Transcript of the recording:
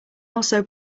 also